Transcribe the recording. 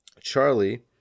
charlie